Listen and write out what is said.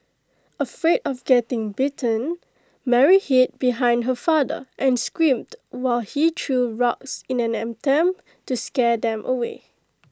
afraid of getting bitten Mary hid behind her father and screamed while he threw rocks in an attempt to scare them away